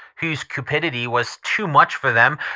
whose cupidity was too much for them,